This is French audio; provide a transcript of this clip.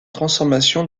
transformation